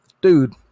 dude